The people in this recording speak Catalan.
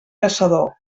caçador